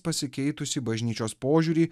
pasikeitusį bažnyčios požiūrį